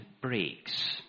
breaks